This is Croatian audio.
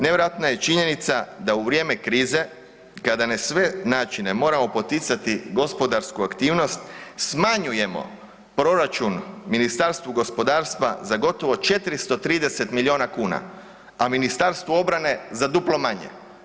Nevjerojatna je činjenica da u vrijeme krize kada na sve načine moramo poticati gospodarsku aktivnost smanjujemo proračun Ministarstvu gospodarstva za gotovo 430 milijuna kuna, a Ministarstvo obrane za duplo manje.